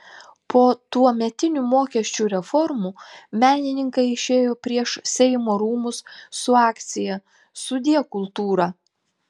po tuometinių mokesčių reformų menininkai išėjo prieš seimo rūmus su akcija sudie kultūra